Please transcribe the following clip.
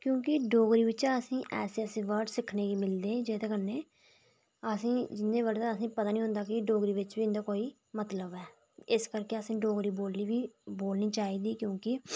क्योंकि डोगरी बिच्चा असें गी ऐसे ऐसे वर्ड सिक्खने गी मिलदे जेह्दे कन्नै जिं'दे वर्ड दा असें गी पता गै नेईं होंदा कि इ'नें वर्ड दा डोगरी बिच बी कोई मतलब ऐ इस करके असें गी डोगरी बोलनी चाहिदी क्योंकि